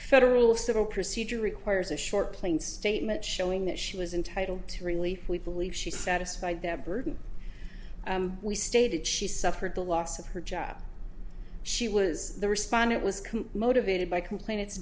federal civil procedure requires a short plain statement showing that she was entitled to relief we believe she satisfied that burden we stated she suffered the loss of her job she was the respondent was motivated by complain it